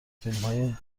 فیلمهای